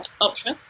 Ultra